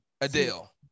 Adele